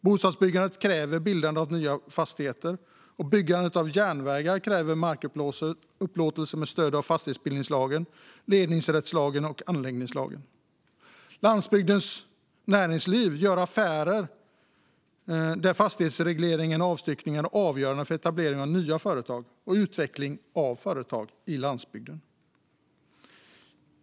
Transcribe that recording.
Bostadsbyggandet kräver bildande av nya fastigheter, och byggandet av järnvägar kräver markupplåtelser med stöd av fastighetsbildningslagen, ledningsrättslagen och anläggningslagen. Landsbygdens näringsliv gör affärer där fastighetsregleringen och avstyckningen är avgörande för etablering av nya företag och utveckling av företag på landsbygden.